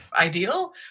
ideal